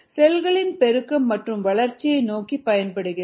செல்களின் பெருக்கம் மற்றும் வளர்ச்சியை நோக்கி பயன்படுகிறது